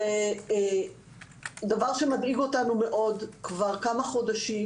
זה דבר שמדאיג אותנו מאוד כבר כמה חודשים,